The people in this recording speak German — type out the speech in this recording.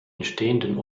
entstehenden